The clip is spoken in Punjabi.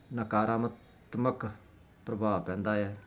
ਨਕਾਰਾਤਮਕ ਪ੍ਰਭਾਵ ਪੈਂਦਾ ਹੈ